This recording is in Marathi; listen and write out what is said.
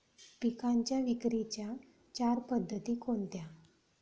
पिकांच्या विक्रीच्या चार पद्धती कोणत्या?